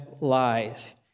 lies